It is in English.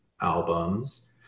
albums